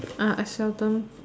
ah I seldom